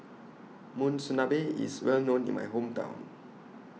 Monsunabe IS Well known in My Hometown